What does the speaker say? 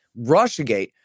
Russiagate